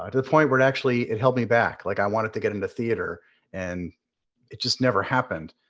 ah to the point where it actually, it held me back. like, i wanted to get into theater and it just never happened.